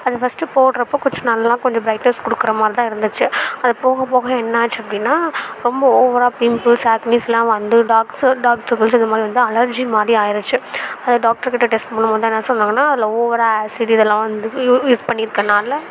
அது ஃபஸ்ட்டு போடுறப்போ கொஞ்சம் நல்லா கொஞ்சம் பிரைட்னெஸ் கொடுக்குற மாதிரிதான் இருந்துச்சி அது போக போக என்ன ஆச்சி அப்படின்னா ரொம்ப ஓவராக பிம்பிள்ஸ் ஆக்கினிஸுலாம் வந்து டார்க் டார்க் சர்க்கிள்ஸ் இந்த மாதிரி வந்து அலெர்ஜி மாதிரி ஆகிருச்சி அது டாக்டர் கிட்ட டெஸ்ட் பண்ணும் போது தான் என்ன சொன்னாங்கன்னா அதில் ஓவராக ஆசிட் இது எல்லாம் வந்து யூ யூஸ் பண்ணிருக்கனால